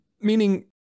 Meaning